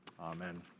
Amen